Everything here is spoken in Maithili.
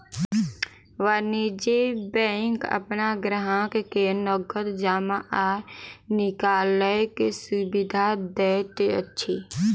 वाणिज्य बैंक अपन ग्राहक के नगद जमा आ निकालैक सुविधा दैत अछि